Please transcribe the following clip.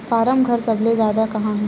form घर सबले जादा कहां हे